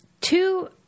two